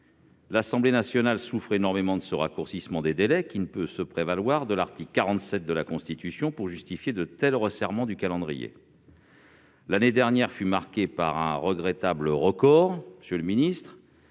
L'Assemblée nationale souffre énormément du raccourcissement des délais. Le Gouvernement ne peut se prévaloir de l'article 47 de la Constitution pour justifier de tels resserrements du calendrier. L'année précédente fut marquée par un regrettable record : les